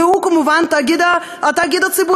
והוא כמובן התאגיד הציבורי.